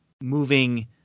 moving